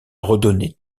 redonner